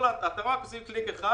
שאתם רק תעשו קליק אחד